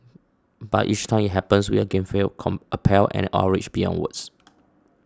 but each time it happens we again feel appalled and outraged beyond words